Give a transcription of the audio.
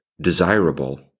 desirable